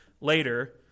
later